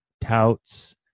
Tout's